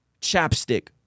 chapstick